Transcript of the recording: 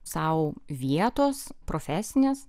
sau vietos profesinės